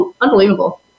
Unbelievable